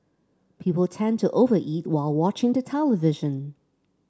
people tend to over eat while watching the television